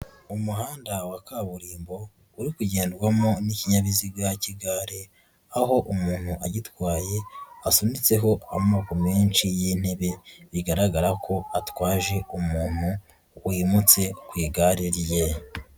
Umuhanda wa kaburimbo uri kugendwamo n'ikinyabiziga k'igare, aho umuntu agitwaye asunitseho amoko menshi y'intebe, bigaragara ko atwaje umuntu wimutse ku igare rye.